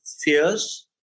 fears